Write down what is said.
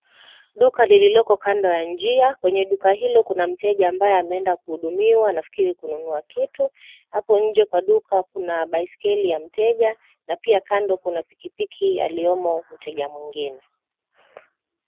Duka lililoko kando ya njia . Kwenye duka hillo kuna mteja ambaye ameenda kuhudumiwa nafikiri kununua kitu. Hapo nje kwa duka kuna baisikeli ya mteja na pia kando kuna pikipiki iliyo mteja mwingine.